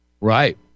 Right